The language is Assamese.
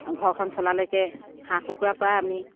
ঘৰখন চলালৈকে হাঁহ কুকুৰা পৰা আমি